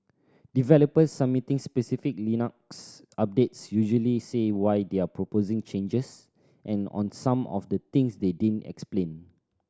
developers submitting specific Linux updates usually say why they're proposing changes and on some of the things they didn't explain